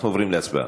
אנחנו עוברים להצבעה.